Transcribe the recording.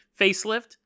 facelift